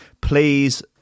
please